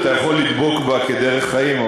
אתה יכול לדבוק בה כדרך חיים,